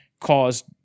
caused